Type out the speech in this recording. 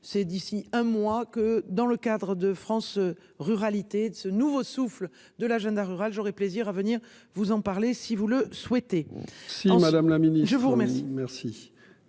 C'est d'ici un mois que dans le cadre de France ruralité de ce nouveau souffle de l'agenda rural j'aurais plaisir à venir vous en parler si vous le souhaitez. Si madame la mini-je vous remercie,